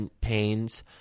pains